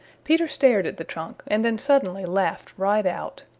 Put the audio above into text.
peter stared at the trunk and then suddenly laughed right out.